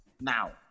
now